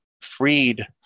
freed